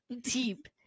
Deep